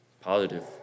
positive